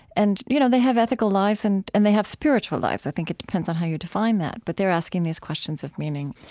and you know, they have ethical lives and and they have spiritual lives. i think it depends on how you define that, but they are asking these questions of meaning.